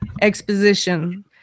exposition